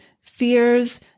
fears